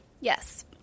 Yes